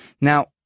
Now